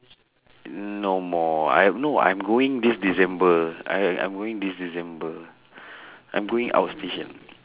no more I'm no I'm going this december I I I'm going this december I'm going outstation